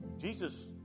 Jesus